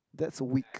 that's weak